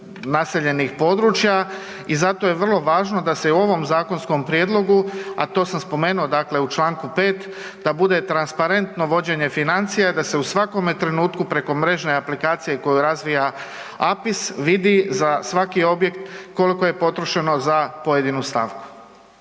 naseljenih područja i zato je vrlo važno da se i u ovom zakonskom prijedlogu, a to sam spomenuo dakle u Članku 5. da bude transparentno vođenje financija da se u svakome trenutku preko mrežne aplikacije koju razvija APIS vidi za svaki objekt koliko je potrošeno za pojedinu stavku.